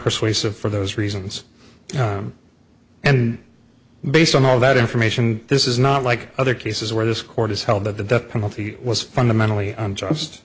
persuasive for those reasons and based on all that information this is not like other cases where this court has held that the death penalty was fundamentally unjust